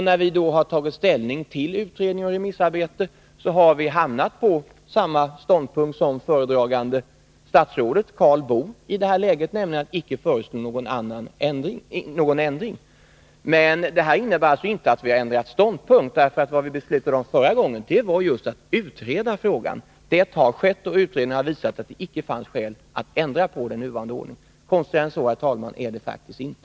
När vi sedan tog ställning till utredningen och till remissarbetet hamnade vi på samma ståndpunkt som föredragande statsrådet, Karl Boo, nämligen att man icke skulle föreslå någon ändring. Det innebär inte att vi har ändrat ståndpunkt, eftersom det vi beslutade om förra gången gällde just att utreda frågan. Detta har skett, och utredningen har visat att det icke finns skäl att ändra på den nuvarande ordningen. Konstigare än så är det faktiskt inte.